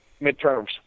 midterms